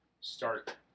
start